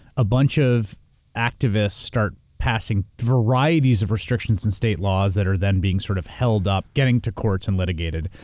a bunch of activists start passing varieties of restrictions in state laws that are then being sort of held up, getting to courts and litigated.